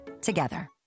together